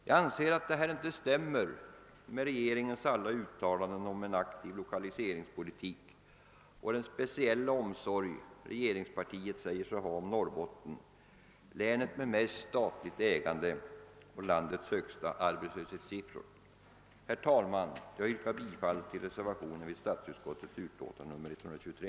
Jag anser att detta inte stämmer med regeringens alla uttalanden om en aktiv lokaliseringspolitik och den speciella omsorg regeringspartiet säger sig ha om Norrbottens län — länet med mest statligt ägande och landets högsta arbetslöshetssiffror. Herr talman! Jag yrkar bifall till reservationen vid statsutskottets utlåtande nr 123.